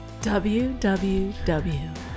www